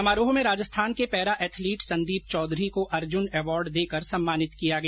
समारोह में राजस्थान के पैरा एथलीट संदीप चौधरी को अर्जुन अवॉर्ड देकर सम्मानित किया गया